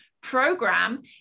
program